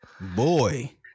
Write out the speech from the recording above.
Boy